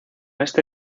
este